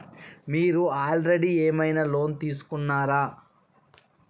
మీరు ఆల్రెడీ ఏమైనా లోన్ తీసుకున్నారా?